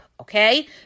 Okay